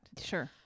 Sure